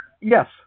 Yes